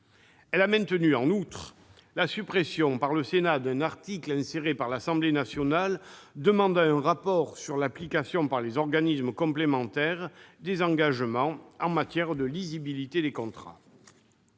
Elle a maintenu, en outre, la suppression par le Sénat d'un article inséré par l'Assemblée nationale demandant un rapport sur l'application par les organismes complémentaires des engagements en matière de lisibilité des contrats.